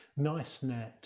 NiceNet